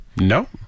No